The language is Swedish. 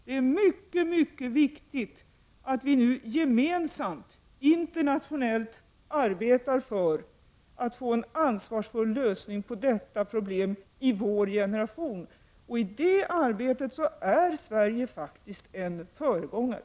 Det är mycket viktigt att vår generation nu arbetar gemensamt internationellt för att åstadkomma en ansvarsfull lösning på detta problem. I detta arbete är Sverige faktiskt en föregångare.